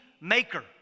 maker